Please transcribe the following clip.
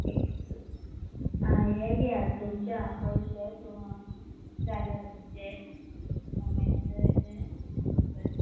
एक आं हे घेयात तुमचे आं पयशे जाल्या तुमचे अमेजोनाचे बरें